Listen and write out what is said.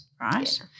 right